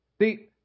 See